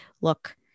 look